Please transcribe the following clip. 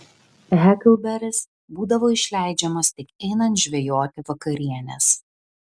heklberis būdavo išleidžiamas tik einant žvejoti vakarienės